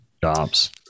jobs